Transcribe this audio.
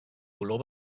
color